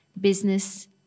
business